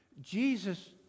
Jesus